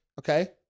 Okay